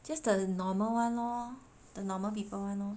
just the normal [one] lor the normal people [one] lor